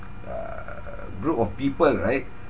uh group of people right